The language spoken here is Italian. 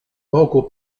poco